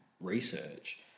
research